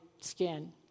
skin